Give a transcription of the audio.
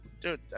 Dude